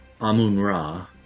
Amun-Ra